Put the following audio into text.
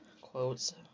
quotes